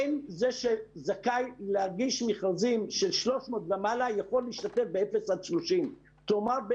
זה שזכאי להגיש מכרזים של 30 ומעלה לא יכול להשתתף באפס עד 30. כלומר,